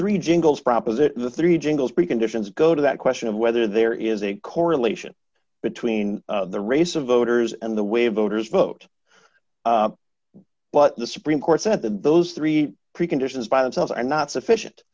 three jingles proposition the three jingles preconditions go to that question of whether there is a correlation between the race of voters and the way voters vote but the supreme court said that those three pre conditions by themselves are not sufficient